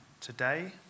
today